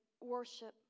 worship